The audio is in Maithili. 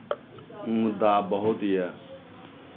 मुद्दा बहुत यए